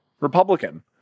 Republican